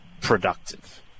productive